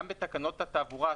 גם בתקנות התעבורה,